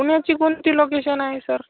पुण्याची कोणती लोकेशन आहे सर